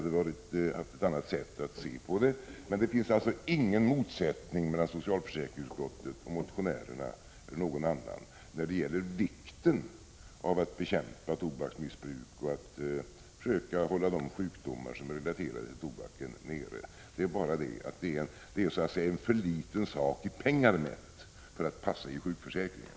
Det finns med andra ord ingen motsättning mellan socialförsäkringsutskottet och motionärerna eller någon annan när det gäller vikten av att bekämpa tobaksmissbruk och att försöka hålla nere de sjukdomar som är relaterade till tobaken. Det är så att säga en alltför liten sak i pengar mätt för att den skall passa i sjukförsäkringen.